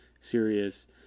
serious